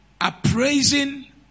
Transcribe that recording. appraising